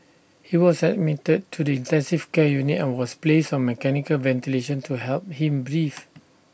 he was admitted to the intensive care unit and was placed on mechanical ventilation to help him breathe